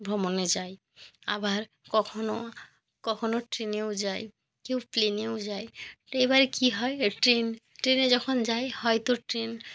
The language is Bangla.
ভ্রমণে যাই আবার কখনও কখনও ট্রেনেও যাই কেউ প্লেনেও যাই এবার কী হয় ট্রেন ট্রেনে যখন যাই হয়তো ট্রেন